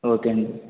ఓకేండి